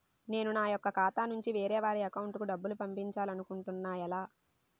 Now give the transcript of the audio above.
నేను నా యెక్క ఖాతా నుంచి వేరే వారి అకౌంట్ కు డబ్బులు పంపించాలనుకుంటున్నా ఎలా?